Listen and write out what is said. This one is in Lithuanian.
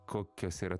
kokios yra